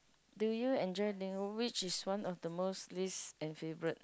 do you enjoy which is one of the most least and favourite